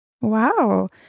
Wow